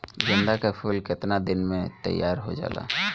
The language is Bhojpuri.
गेंदा के फूल केतना दिन में तइयार हो जाला?